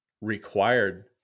required